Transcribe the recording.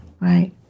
Right